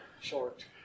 Short